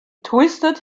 twisted